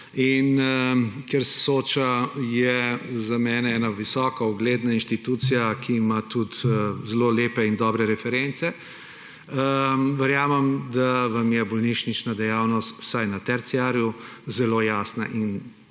Soča je za mene ena visoka, ugledna inštitucija, ki ima tudi zelo lepe in dobre reference. Verjamem, da vam je bolnišnična dejavnost vsaj na terciarju zelo jasna in